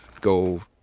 go